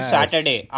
Saturday